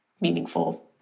meaningful